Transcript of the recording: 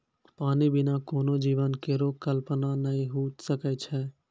पानी बिना कोनो जीवन केरो कल्पना नै हुए सकै छै?